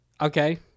Okay